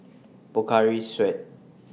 Pocari Sweat